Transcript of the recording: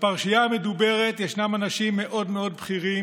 בפרשייה המדוברת ישנם אנשים מאוד בכירים